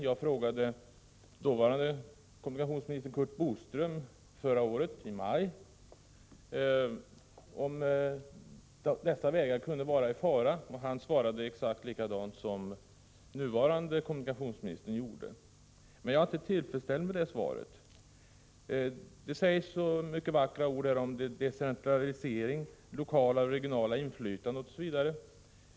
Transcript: Jag frågade i maj förra året dåvarande kommunikationsministern Curt Boström om utbyggnaden av dessa vägar kunde vara i fara, och han svarade exakt likadant som nuvarande kommunikationsministern gör. Men jag är inte nöjd med det svaret. Det görs här så många vackra uttalanden om decentralisering, om det lokala och regionala inflytandet osv.